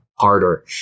harder